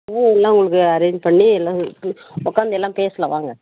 நாங்களே எல்லாம் உங்களுக்கு அர்ரேன்ச் பண்ணி எல்லாம் உட்கார்ந்து எல்லாம் பேசலாம் வாங்க